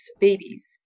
babies